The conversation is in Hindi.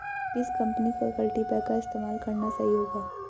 किस कंपनी का कल्टीपैकर इस्तेमाल करना सही होगा?